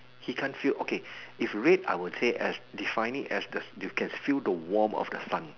he can't feel okay if red I would say as define it as I can feel the warmth of the sun